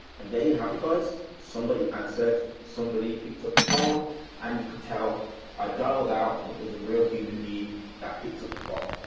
and they have, it goes, somebody answered, somebody picked up the phone and you could tell are dialed out. and it was a real human being that picked up the phone.